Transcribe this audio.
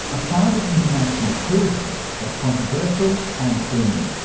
a side of international tourism that's controversial and booming.